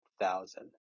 thousand